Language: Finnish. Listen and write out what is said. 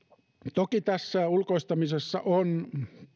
toki tässä ulkoistamisessa on